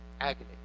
agony